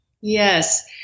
Yes